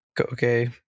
Okay